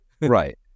Right